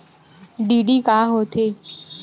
DD का होथे?